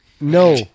No